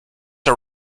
are